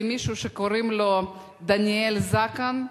למישהו שקוראים לו דניאל זקן,